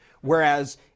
Whereas